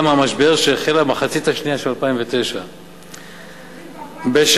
מהמשבר שהחל במחצית השנייה של 2009. שהתחיל,